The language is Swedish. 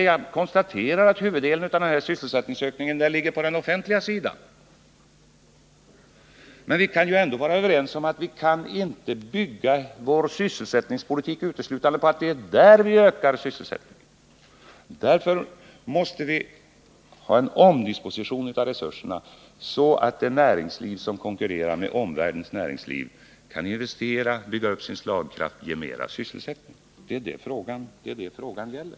Jag konstaterar att huvuddelen av sysselsättningsökningen ligger på den offentliga sidan, men vi kan ju ändå vara överens om att vi inte kan bygga vår sysselsättningspolitik uteslutande på att det är där vi ökar sysselsättningen. Därför måste vi ha en omdisposition av resurserna, så att det näringsliv som konkurrerar med omvärldens näringsliv kan investera, bygga upp sin slagkraft, ge mera sysselsättning. Det är detta frågan gäller.